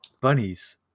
bunnies